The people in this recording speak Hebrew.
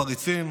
הפריצים,